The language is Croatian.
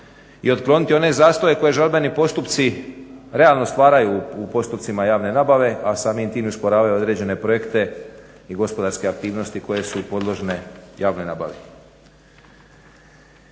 i otkloniti one … koje žalbeni postupci realno stvaraju u postupcima javne nabave, a samim tim i usporavaju određene projekte i gospodarske aktivnosti koje su podložne javnoj nabavi.